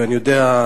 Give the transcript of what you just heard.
ואני יודע,